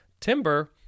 timber